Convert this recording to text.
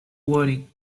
voting